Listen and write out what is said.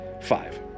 five